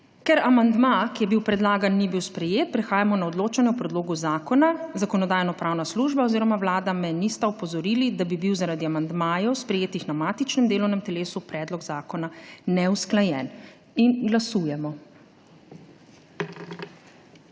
Ker amandma, ki je bil predlagan, ni bil sprejet, prehajamo na odločanje o predlogu zakona. Zakonodajno-pravna služba oziroma Vlada me nista opozorili, da bi bil zaradi amandmajev, sprejetih na matičnem delovnem telesu, predlog zakona neusklajen. Glasujemo.